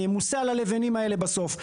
אני אהיה חייב במס על הלבנים האלה בסוף.